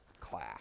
class